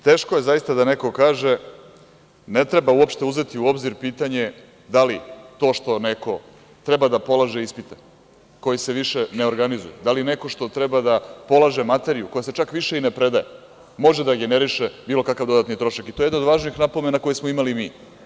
Teško je zaista da neko kaže – ne treba uopšte uzeti u obzir pitanje da li to što neko treba da polaže ispite koji se više ne organizuju, da li neko što treba da polaže materiju koja se čak više i ne predaje, može da generiše bilo kakav dodatni trošak i to je jedna od važnih napomena koju smo imali mi.